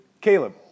Caleb